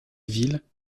ville